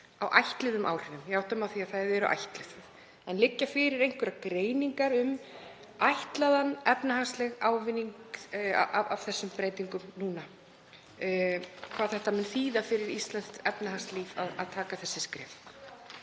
á ætluðum áhrifum. Ég átta mig á því að þau eru ætluð. En liggja fyrir einhverjar greiningar um ætlaðan efnahagslegan ávinning af þessum breytingum núna, hvað það mun þýða fyrir íslenskt efnahagslíf að taka þessi skref?